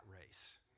race